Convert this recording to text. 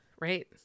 right